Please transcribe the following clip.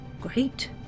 Great